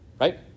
right